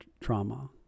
trauma